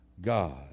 God